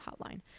hotline